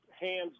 hands